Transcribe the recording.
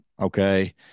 Okay